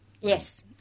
Yes